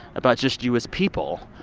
about just you as people,